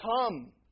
come